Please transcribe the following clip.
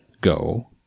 go